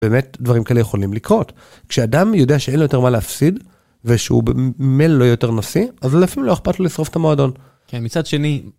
באמת דברים כאלה יכולים לקרות. כשאדם יודע שאין לו יותר מה להפסיד ושהוא במילא לא יהיה יותר נשיא, אז לפעמים לא אכפת לו לסרוף את המועדון. כן, מצד שני.